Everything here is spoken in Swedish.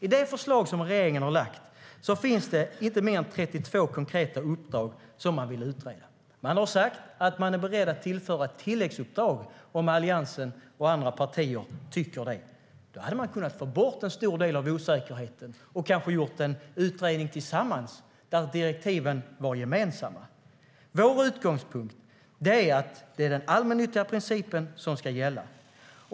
I det förslag som regeringen har lagt fram finns det lite mer än 32 konkreta uppdrag som man vill ha utredda. Man har sagt att man är beredd att tillföra tilläggsuppdrag om Alliansen och andra partier tycker det. Då hade man kunnat få bort en stor del av osäkerheten. Då hade man kanske kunnat göra en utredning tillsammans efter gemensamma direktiv. Vår utgångspunkt är att det är den allmännyttiga principen som ska gälla.